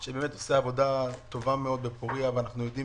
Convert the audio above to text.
שבאמת עושה עבודה טובה מאוד בפוריה ואנחנו יודעים